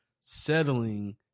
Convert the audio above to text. settling